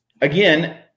again